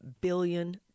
billion